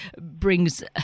brings